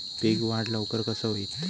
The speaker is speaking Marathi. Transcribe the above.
पीक वाढ लवकर कसा होईत?